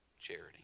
charity